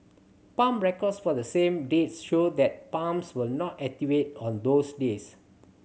pump records for the same dates show that pumps were not activated on those days